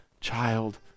child